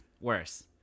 worse